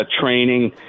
training